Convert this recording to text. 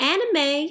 Anime